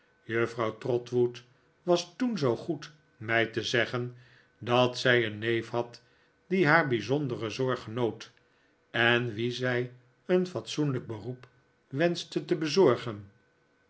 juffrouw trotwood was toen zoo goed mij te zeggen dat zij een neef had die haar bijzondere zorg genoot en wien zij een fatsoenlijk beroep wenschte te bezorgen